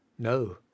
no